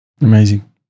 Amazing